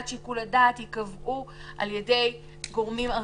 שיקול הדעת ייקבעו על-ידי גורמים ארציים.